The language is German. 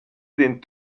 den